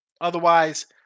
Otherwise